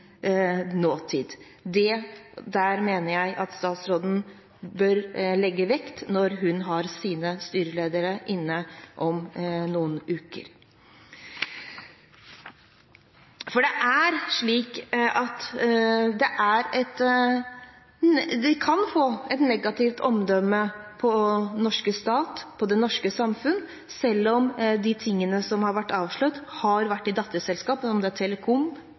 nåtid. Det mener jeg at statsråden bør legge vekt på når hun har sine styreledere inne om noen uker. Det er slik at dette kan føre til et negativt omdømme for den norske stat og det norske samfunn. Selv om de tingene som har vært avslørt, har vært i datterselskaper til Telenor eller DNB, så er